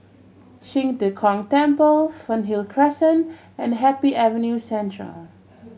Qing De Gong Temple Fernhill Crescent and Happy Avenue Central